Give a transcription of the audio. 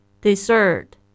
Dessert